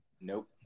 Nope